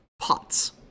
pots